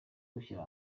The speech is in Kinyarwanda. gushyira